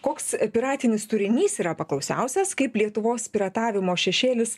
koks piratinis turinys yra paklausiausias kaip lietuvos piratavimo šešėlis